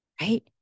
right